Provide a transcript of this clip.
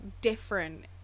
different